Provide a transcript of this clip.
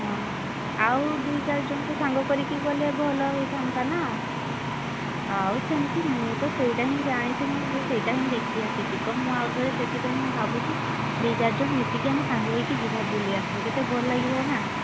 ହଁ ଆଉ ଦୁଇ ଚାରି ଜଣଙ୍କୁ ସାଙ୍ଗ କରିକି ଗଲେ ଭଲ ହେଇଥାନ୍ତା ନାଁ ଆଉ ସେମତି ମୁଁ ତ ସେଇଟା ହିଁ ଜାଣିଛି ମୁଁ ବି ସେଇଟା ହିଁ ଦେଖିଆସିଛି ତ ମୁଁ ଆଉ ଥରେ ସେଇଥିପାଇଁ ମୁଁ ଭାବୁଛି ଦୁଇ ଚାରି ଜଣ ମିଶିକି ଆମେ ସାଙ୍ଗ ହେଇକି ଯିବା ବୁଲି ଆସିବା କେତେ ଭଲ ଲାଗିବ ନାଁ